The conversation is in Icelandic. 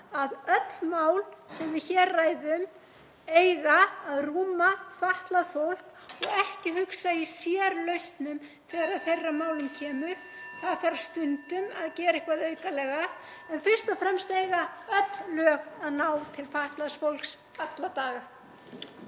að öll mál sem við hér ræðum eiga að rúma fatlað fólk, ekki hugsa í sérlausnum þegar að þeirra málum kemur. (Forseti hringir.) Það þarf stundum að gera eitthvað aukalega en fyrst og fremst eiga öll lög að ná til fatlaðs fólks alla daga.